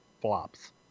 flops